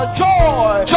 joy